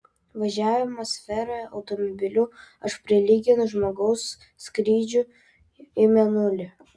važiavimą sferoje automobiliu aš prilyginu žmogaus skrydžiui į mėnulį